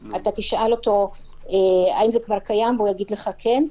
תשאל אותו האם זה כבר קיים והוא יגיד לך כן,